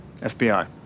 fbi